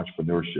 entrepreneurship